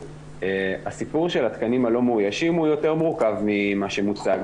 הסיפור של התקנים הלא מאוישים הוא יותר מורכב ממה שמוצג.